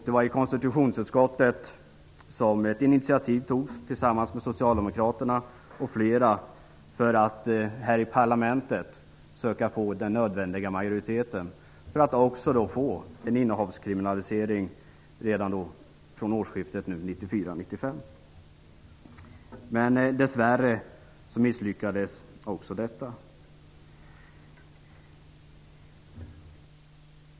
Det var i konstitutionsutskottet som vi tillsammans med Socialdemokraterna och flera tog initiativ till att här i parlamentet söka få den nödvändiga majoriteten för att få till stånd en innehavskriminalisering redan från årsskiftet 1994/1995. Men dess värre misslyckades också detta.